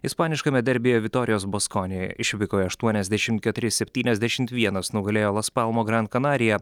ispaniškame derbyje vitorijos baskonijoj išvykoje aštuoniasdešim keturi septyniasdešimt vienas nugalėjo las palmo gran kanariją